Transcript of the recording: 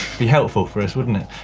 be helpful for us wouldn't it.